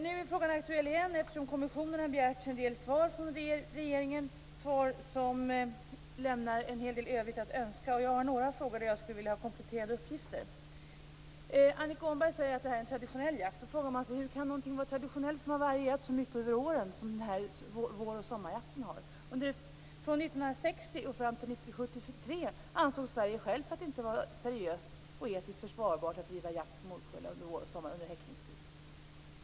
Nu är frågan aktuell igen, eftersom kommissionen har begärt en del svar från regeringen - svar som lämnar en hel del övrigt att önska. Jag har några frågor som jag skulle vilja ha kompletterande svar på. Annika Åhnberg säger att detta är en traditionell jakt. Då frågar man sig: Hur kan någonting vara traditionellt som varierat så mycket över åren som våroch sommarjakten har gjort? Från 1960 och fram till 1973 ansåg Sverige att det inte var seriöst och etiskt försvarbart att bedriva jakt på morkulla under häckningstid.